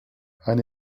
eine